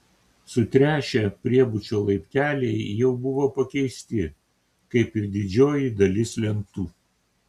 sutręšę priebučio laipteliai jau buvo pakeisti kaip ir didžioji dalis lentų